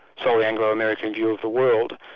sole anglo-american view of the world,